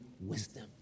wisdom